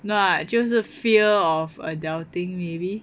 no lah 就是 fear of adulting maybe